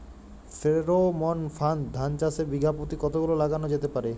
Pheromone ফাঁদ ধান চাষে বিঘা পতি কতগুলো লাগানো যেতে পারে?